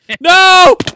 No